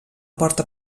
porta